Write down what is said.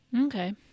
okay